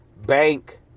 Bank